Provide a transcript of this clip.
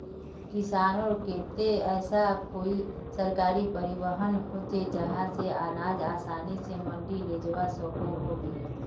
किसानेर केते ऐसा कोई सरकारी परिवहन होचे जहा से अनाज आसानी से मंडी लेजवा सकोहो ही?